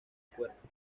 cuerpo